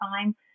time